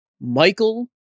Michael